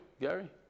Gary